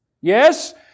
Yes